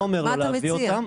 אני לא אומר לא להביא אותם,